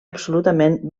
absolutament